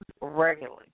regularly